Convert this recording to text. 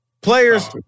Players